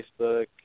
Facebook